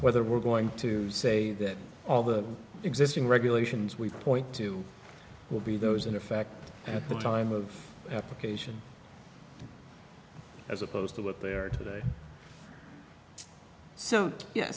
whether we're going to say that all the existing regulations we point to will be those in effect at the time of application as opposed to what they are today so y